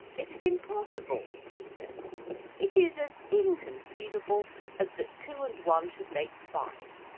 it is impossible, he said it is as inconceivable as that two and one should make five,